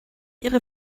ihre